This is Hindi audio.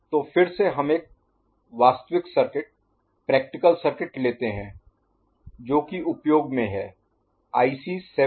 तो फिर से हम एक वास्तविक सर्किट प्रैक्टिकल सर्किट लेते हैं जो कि उपयोग में है आईसी 74166